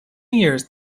years